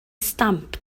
stamp